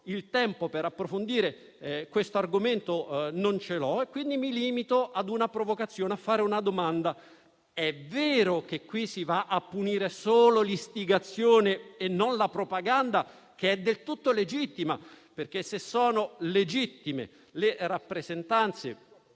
il tempo per approfondire questo argomento non ce l'ho, quindi mi limito a fare una provocazione e una domanda. È vero che qui si va a punire solo l'istigazione e non la propaganda (che è del tutto legittima, perché, se lo sono le rappresentanze